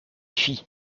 fie